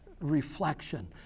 reflection